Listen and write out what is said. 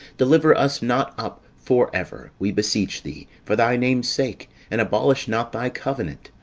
deliver us not up for ever, we beseech thee, for thy name's sake, and abolish not thy covenant.